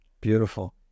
Beautiful